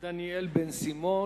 דניאל בן-סימון,